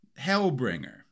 Hellbringer